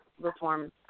reforms